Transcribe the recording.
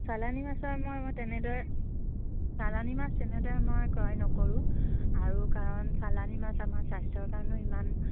চালানী মাছৰ মই মই তেনেদৰে চালানী মাছ তেনেদৰে মই ক্ৰয় নকৰোঁ আৰু কাৰণ চালানী মাছ আমাৰ স্বাস্থ্যৰ কাৰণেও ইমান